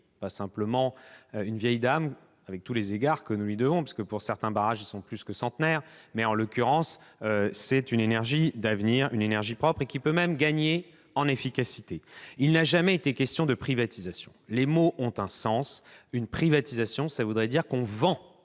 pas simplement une vieille dame, avec tous les égards que nous lui devons ! Si certains barrages sont plus que centenaires, ils représentent une énergie d'avenir, une énergie propre, qui peut même gagner en efficacité. Il n'a jamais été question de privatisation. Les mots ont un sens. Une privatisation signifierait que l'on vend